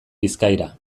bizkaira